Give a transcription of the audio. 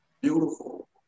Beautiful